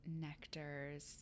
nectar's